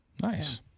Nice